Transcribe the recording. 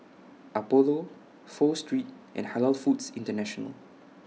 Apollo Pho Street and Halal Foods International